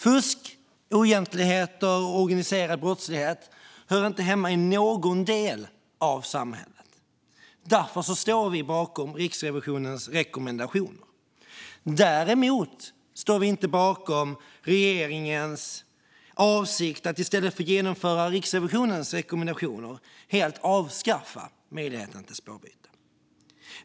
Fusk, oegentligheter och organiserad brottslighet hör inte hemma i någon del av samhället. Därför står vi bakom Riksrevisionens rekommendationer. Däremot står vi inte bakom regeringens avsikt att i stället för att genomföra Riksrevisionens rekommendationer helt avskaffa möjligheten till spårbyte.